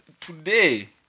today